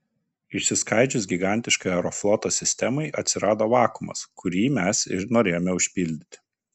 išsiskaidžius gigantiškai aerofloto sistemai atsirado vakuumas kurį mes ir norėjome užpildyti